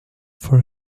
for